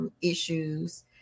issues